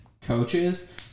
coaches